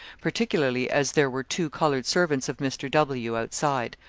particularly as there were two coloured servants of mr. w. outside.